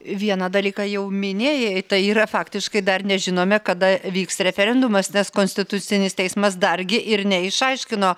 vieną dalyką jau minėjai tai yra faktiškai dar nežinome kada vyks referendumas nes konstitucinis teismas dargi ir neišaiškino